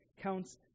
counts